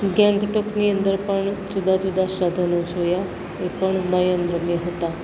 ગેંગટોકની અંદર પણ જુદાં જુદાં સાધનો જોયાં એ પણ નયનરમ્ય હતાં